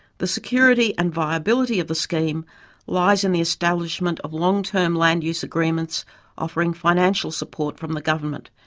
the security and viability of the scheme lies in the establishment of long-term land use agreements offering financial support from the government.